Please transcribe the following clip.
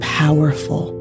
powerful